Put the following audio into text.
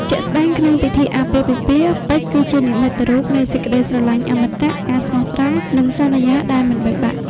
ជាក់ស្តែងក្នុងពិធីអាពាហ៍ពិពាហ៍ ពេជ្រ គឺជានិមិត្តរូបនៃសេចក្ដីស្រលាញ់អមតៈ ការស្មោះត្រង់ និងសន្យាដែលមិនបែកបាក់។